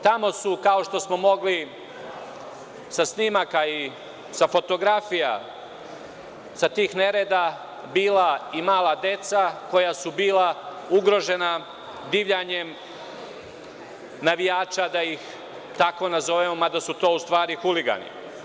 Tamo su, kao što smo mogli da vidimo sa snimaka, sa fotografija sa tih nereda, bila i mala deca koja su bila ugrožena divljanjem navijača, da ih tako nazovemo, mada su to u stvari huligani.